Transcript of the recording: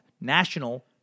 National